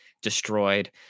destroyed